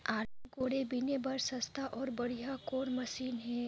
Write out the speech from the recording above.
आलू कोड़े बीने बर सस्ता अउ बढ़िया कौन मशीन हे?